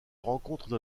rencontrent